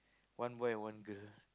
one boy and one girl